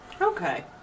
Okay